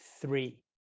three